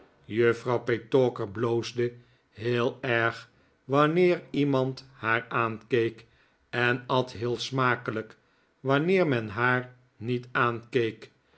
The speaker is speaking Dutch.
juffrouw petowker bloosde heel erg wanneer iemand haar aankeek en at heel smakelijk wanneer men haar niet aankeek